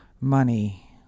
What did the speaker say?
money